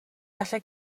gallu